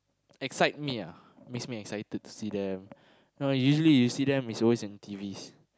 excite me ah makes me excited to see them you know usually see them is always in T_Vs